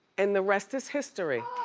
and the rest is history.